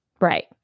Right